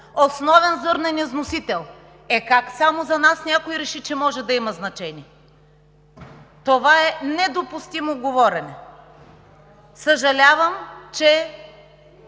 основен зърнен износител. Е, как само за нас някой реши, че може да има значение? Това е недопустимо говорене. Съжалявам, че